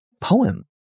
poem